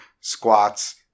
squats